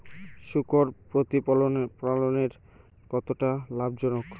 শূকর প্রতিপালনের কতটা লাভজনক?